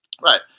Right